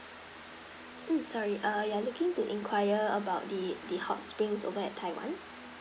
um sorry err you're looking to inquire about the the hot springs over at taiwan